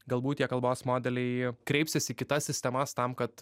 galbūt tie kalbos modeliai kreipsis į kitas sistemas tam kad